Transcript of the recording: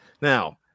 Now